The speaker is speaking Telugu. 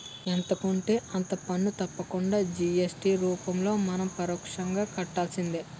ఎంత కొంటే అంత పన్ను తప్పకుండా జి.ఎస్.టి రూపంలో మనం పరోక్షంగా కట్టాల్సిందే